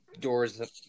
doors